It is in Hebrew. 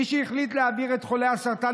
מי שהחליט להעביר את חולי הסרטן